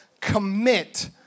commit